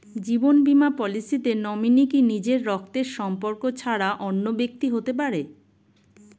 জীবন বীমা পলিসিতে নমিনি কি নিজের রক্তের সম্পর্ক ছাড়া অন্য ব্যক্তি হতে পারে?